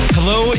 Hello